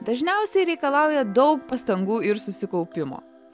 dažniausiai reikalauja daug pastangų ir susikaupimo